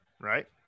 right